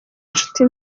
inshuti